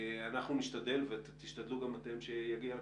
אנחנו נשתדל, ותשתדלו גם אתם, שזה יגיע לכנסת.